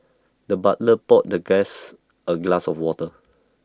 the butler poured the guest A glass of water